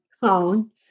phone